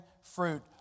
fruit